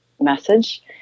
message